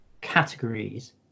categories